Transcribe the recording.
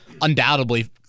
undoubtedly